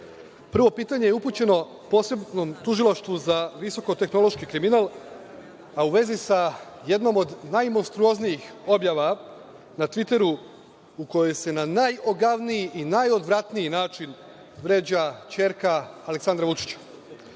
jesu. Prvo pitanje je upućeno posebnom Tužilaštvu za visokotehnološki kriminal, a u vezi jednom od najmonstruoznijih objava na Tviteru u kojoj se na najogavniji i najodvratniji način vređa ćerka Aleksandra Vučića.